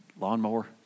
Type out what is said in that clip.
lawnmower